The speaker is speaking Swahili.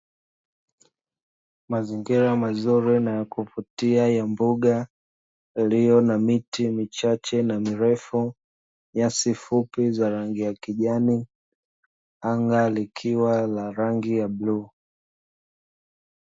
Mazingira mazuri na yakuvutia ya mboga, iliyo na miti michache na mirefu, nyasi fupi za rangi ya kijani, anga likiwa la rangi ya bluu.